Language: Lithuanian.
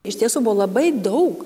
iš tiesų buvo labai daug